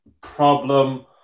problem